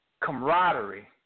camaraderie